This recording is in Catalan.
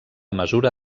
mesura